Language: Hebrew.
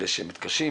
אלה שמתקשים